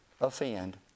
offend